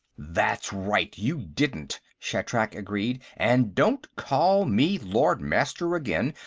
that's right you didn't, shatrak agreed. and don't call me lord-master again,